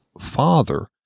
father